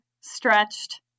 stretched